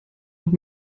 noch